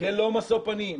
ללא משוא פנים,